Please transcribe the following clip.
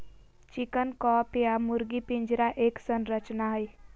chicken coop या मुर्गी पिंजरा एक संरचना हई,